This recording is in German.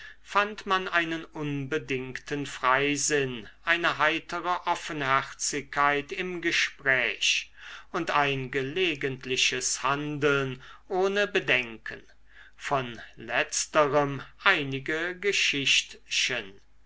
fand man einen unbedingten freisinn eine heitere offenherzigkeit im gespräch und ein gelegentliches handeln ohne bedenken von letzterem einige geschichtchen